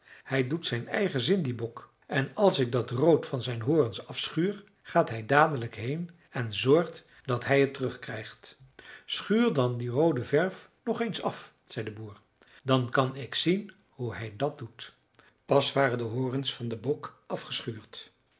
hij doet zijn eigen zin die bok en als ik dat rood van zijn horens afschuur gaat hij dadelijk heen en zorgt dat hij het terug krijgt schuur dan die roode verf nog eens af zei de boer dan kan ik zien hoe hij dat doet pas waren de horens van den bok afgeschuurd